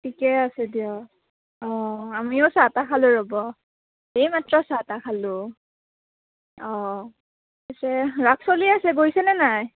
ঠিকেই আছে দিয়ক অঁ আমিও চাহ তাহ খালো ৰ'ব এইমাত্ৰ চাহ তাহ খালো অঁ পিছে ৰাস চলি আছে গৈছেনে নাই